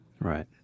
Right